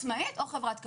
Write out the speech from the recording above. או חברת קבלן.